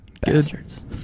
bastards